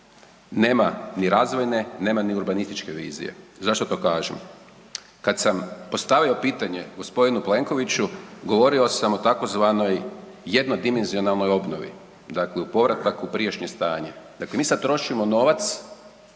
nema ni razvojne, nema ni urbanističke vizije. Zašto to kažem? Kad sam postavio pitanje g. Plenkoviću govorio sam o tzv. jednodimenzionalnoj obnovi, dakle u povratak u prijašnje stanje. Dakle, mi sad trošimo novac